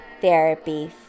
Therapy